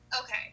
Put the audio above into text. Okay